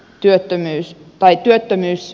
työttömyys vai työttömyys